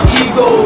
ego